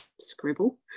scribble